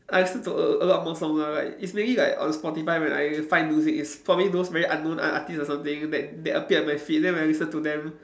I listen to a a lot more songs lah like it's really like on Spotify where I find music it's probably those very unknown ar~ artiste or something that that appeared on my feed then when I listen to them